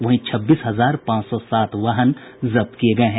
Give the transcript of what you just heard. वहीं छब्बीस हजार पांच सौ सात वाहन जब्त किये गये हैं